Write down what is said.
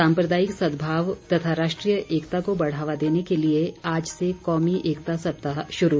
साम्प्रदायिक सदभाव तथा राष्ट्रीय एकता को बढ़ावा देने के लिए आज से कौमी एकता सप्ताह शुरू